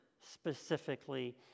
specifically